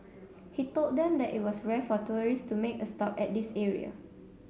he told them that it was rare for tourists to make a stop at this area